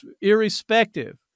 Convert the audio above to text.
irrespective